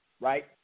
right